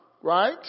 right